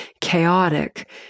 chaotic